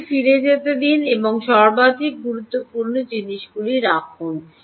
এটিকে ফিরে যেতে দিন এবং সর্বাধিক গুরুত্বপূর্ণ জিনিসগুলি রাখুন